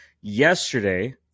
yesterday